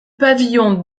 pavillon